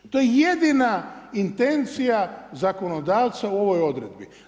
To je jedna intencija zakonodavca u ovoj odredbi.